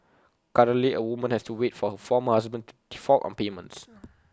currently A woman has to wait for her former husband to default on payments